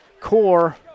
core